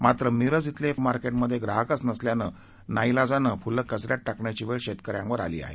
मात्र मिरज श्विले फळ मार्केटमध्ये ग्राहकच नसल्यानं नाईलाजानं फुल कचऱ्यात टाकण्याची वेळ शेतकऱ्यांवर आली आहे